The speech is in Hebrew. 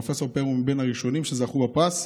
פרופ' פאר הוא מהראשונים שזכו בפרס,